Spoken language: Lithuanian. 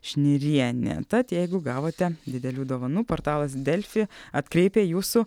šnirienė tad jeigu gavote didelių dovanų portalas delfi atkreipia jūsų